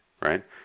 right